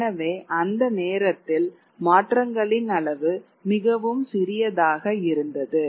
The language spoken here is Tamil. எனவே அந்த நேரத்தில் மாற்றங்களின் அளவு மிகவும் சிறியதாக இருந்தது